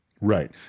Right